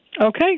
Okay